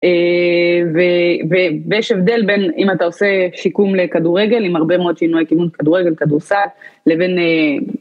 ויש הבדל בין אם אתה עושה שיקום לכדורגל עם הרבה מאוד שינוי כיוון כדורגל, כדורסל, לבין...